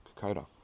Kokoda